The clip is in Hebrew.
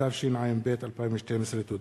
התשע"ב 2012. תודה.